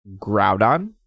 Groudon